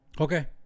Okay